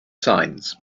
signs